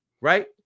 right